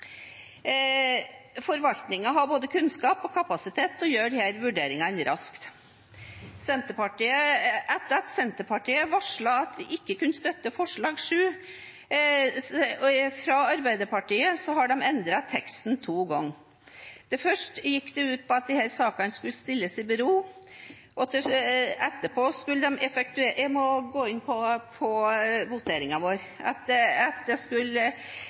har både kunnskap og kapasitet til å gjøre disse vurderingene raskt. Etter at Senterpartiet varslet at vi ikke kunne støtte forslag nr. 7 fra Arbeiderpartiet, har de endret teksten to ganger. Først gikk det ut på at disse sakene skulle stilles i bero, etterpå at det ikke skulle effektueres, til at det nå ikke effektueres før sakene er behandlet på